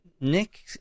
Nick